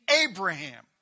Abraham